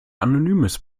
anonymes